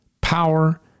power